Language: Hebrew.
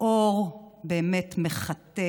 האור באמת מחטא